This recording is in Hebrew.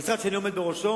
במשרד שאני עומד בראשו,